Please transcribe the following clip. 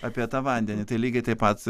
apie tą vandenį tai lygiai taip pat